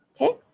okay